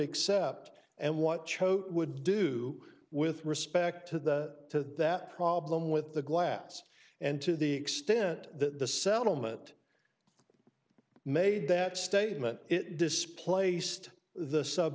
accept and what cho would do with respect to the that problem with the glass and to the extent that the settlement made that statement it displaced the